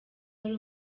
yari